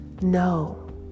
No